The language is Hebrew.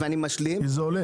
ואני משלים.